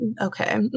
okay